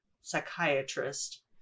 psychiatrist